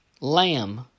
Lamb